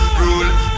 rule